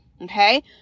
okay